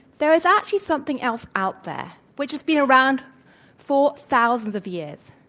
there is actually something else out there which has been around for thousands of years,